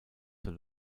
zur